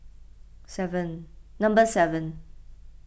seven number seven